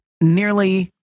nearly